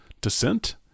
descent